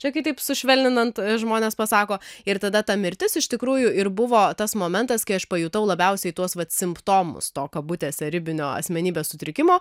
čia taip sušvelninant žmonės pasako ir tada ta mirtis iš tikrųjų ir buvo tas momentas kai aš pajutau labiausiai tuos vat simptomus to kabutėse ribinio asmenybės sutrikimo